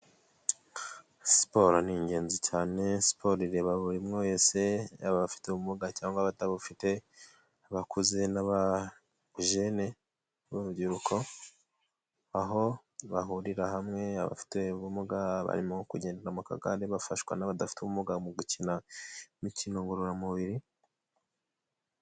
Sport ni ingenzi cyane, sport ireba buri umwe wese yaba abafite ubumuga cyangwa abatabufite, abakuze n'abagene b'urubyiruko, aho bahurira hamwe, abafite ubumuga barimo kugendera mu kagare bafashwa n'abadafite ubumuga mu gukina imikino ngororamubiri.